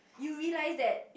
you realise that